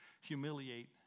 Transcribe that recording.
humiliate